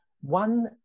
One